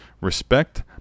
Respect